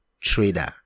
trader